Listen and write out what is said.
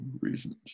reasons